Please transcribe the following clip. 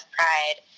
Pride